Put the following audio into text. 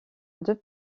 deux